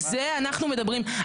על זה אנחנו מדברים,